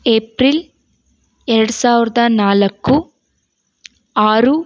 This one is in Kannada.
ಏಪ್ರಿಲ್ ಎರಡು ಸಾವಿರದ ನಾಲ್ಕು ಆರು